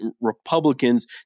Republicans